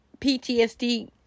PTSD